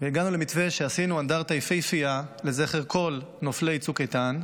והגענו למתווה שעשינו אנדרטה יפהפייה לזכר כל נופלי צוק איתן.